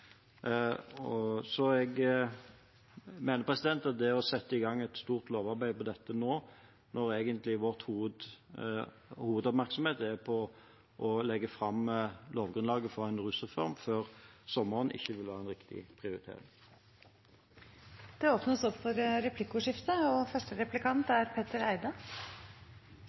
Jeg mener at det å sette i gang et stort lovarbeid om dette nå når egentlig vår hovedoppmerksomhet er på å legge fram lovgrunnlaget for en rusreform før sommeren, ikke vil være en riktig prioritering. Det blir replikkordskifte. Det er kjent at helseministeren og SV er